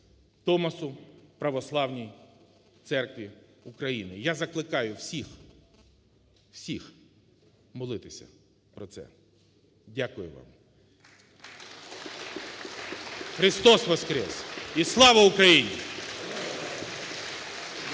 Томасу Православній Церкві України. Я закликаю всіх, всіх молитися про це. Дякую вам. (Оплески) Христос Воскрес! І слава Україні!